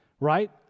Right